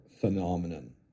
phenomenon